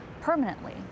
permanently